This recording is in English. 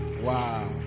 Wow